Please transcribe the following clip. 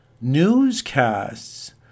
newscasts